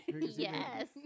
Yes